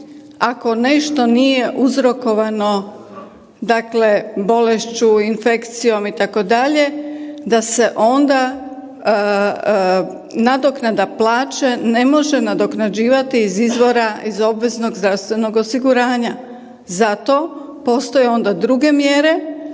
ako nešto nije uzrokovano dakle bolešću, infekcijom itd. da se onda nadoknada plaća ne može nadoknađivati iz izvora iz obveznog zdravstvenog osiguranja, za to postoje onda druge mjere